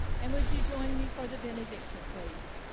and would you join me for the benediction, please